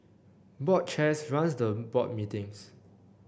board chairs run the board meetings